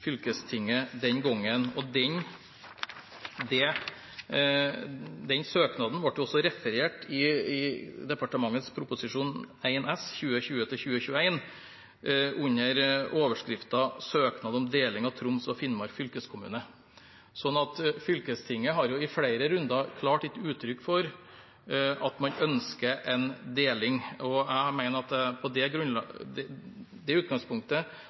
fylkestinget den gangen. Den søknaden ble også referert i departementets Prop. 1 S for 2020–2021, under overskriften Søknad om deling av Troms og Finnmark fylkeskommune. Fylkestinget har i flere runder klart gitt uttrykk for at man ønsker en deling. Jeg mener at man med det utgangspunktet har hatt godt grunnlag for å kunne betrakte dette som en søknad. Jeg tenker også at det